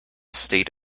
state